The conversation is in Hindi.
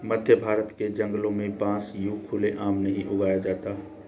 मध्यभारत के जंगलों में बांस यूं खुले आम नहीं उगाया जाता